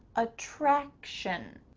attraction.